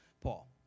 Paul